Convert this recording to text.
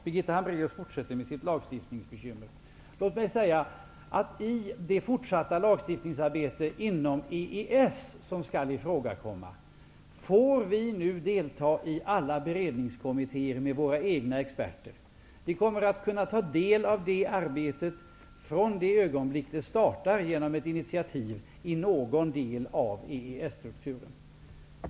Birgitta Hambraeus fortsätter att tala om lagstiftningsbekymmer. I det fortsatta lagstiftningsarbetet inom EES får vi delta i alla beredningskommittéer med våra egna experter. Vi kommer att kunna delta i det arbetet från det ögonblick det startar genom initiativ i någon del i EES-strukturen.